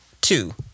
two